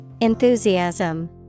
Enthusiasm